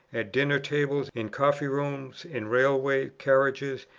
at dinner-tables, in coffee-rooms, in railway carriages,